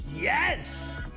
yes